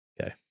Okay